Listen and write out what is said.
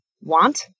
want